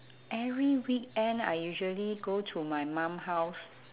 every weekend I usually go to my mum house